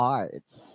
arts